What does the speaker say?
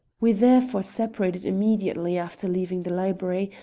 we therefore separated immediately after leaving the library,